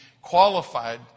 qualified